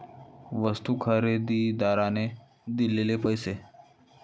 वस्तू खरेदीदाराने दिलेले पैसे